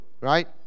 Right